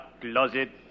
closet